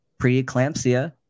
preeclampsia